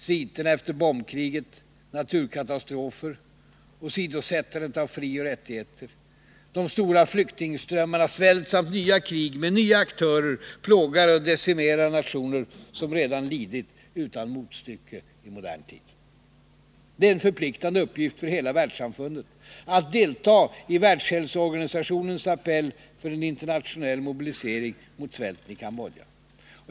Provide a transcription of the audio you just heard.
Sviterna efter bombkriget, naturkatastrofer, åsidosättandet av frioch rättigheter, de stora flyktingströmmarna, svält samt nya krig med nya aktörer, plågar och decimerar nationer som redan lidit utan motstycke i modern tid. Det är en förpliktande uppgift för hela världssamfundet att delta i Världshälsoorganisationens appell för en internationell mobilisering mot svälten i Cambodja.